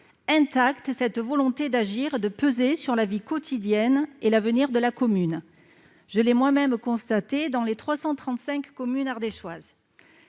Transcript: intacte cette volonté d'agir, de peser sur la vie quotidienne et l'avenir de la commune. Je l'ai moi-même constaté dans les 335 communes ardéchoises.